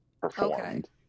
performed